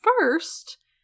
first